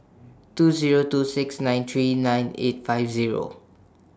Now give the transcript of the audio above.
two Zero two six nine three nine eight five Zero